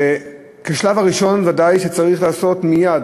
וכשלב הראשון ודאי שצריך לעשות מייד,